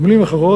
במילים אחרות,